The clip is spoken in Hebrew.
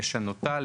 לשנותה,